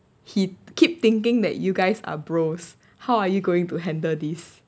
he keep thinking that you guys are bros how are you going to handle this